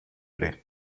ere